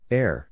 Air